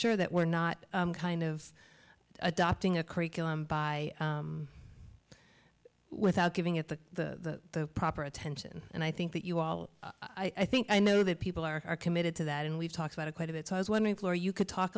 sure that we're not kind of adopting a curriculum by without giving it the proper attention and i think that you all i think i know that people are committed to that and we've talked about it quite a bit so i was wondering floor you could talk